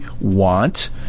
want